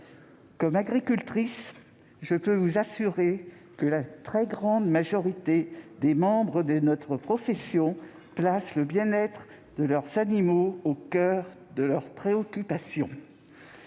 qu'agricultrice, je puis vous assurer que la très grande majorité des membres de notre profession placent le bien-être de leurs animaux au coeur de leurs préoccupations.